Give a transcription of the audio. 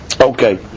Okay